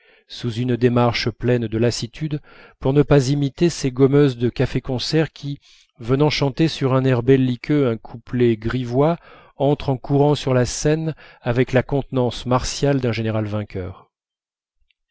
sous une démarche pleine de lassitude pour ne pas imiter ces gommeuses de café-concert qui venant chanter sur un air belliqueux un couplet grivois entrent en courant sur la scène avec la contenance martiale d'un général vainqueur